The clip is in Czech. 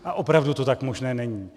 A opravdu to tak možné není.